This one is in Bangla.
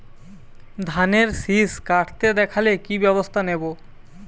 ধানের শিষ কাটতে দেখালে কি ব্যবস্থা নেব?